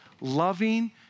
loving